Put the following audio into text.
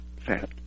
fat